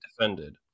defended